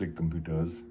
computers